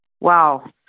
Wow